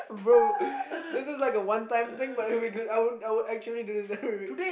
bro this is like a one time thing but we could I would actually do this every week